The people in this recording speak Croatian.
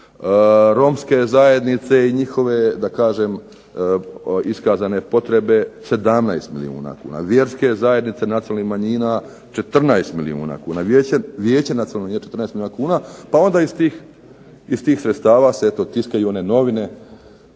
romske zajednice i njihove iskazane potrebe 17 milijuna kuna, vjerske zajednice nacionalnih manjina 14 milijuna kuna, Vijeće nacionalnih manjina 14 milijuna kuna pa onda iz tih sredstava se eto tiskaju one novine